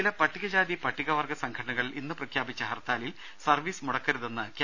ചില പട്ടികജാതി പട്ടിക വർഗ സംഘടനകൾ ഇന്നു പ്രഖ്യാപിച്ച ഹർത്താലിൽ സർവ്വീസ് മുടക്കരുതെന്ന് കെ